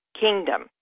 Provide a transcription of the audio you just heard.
kingdom